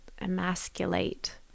emasculate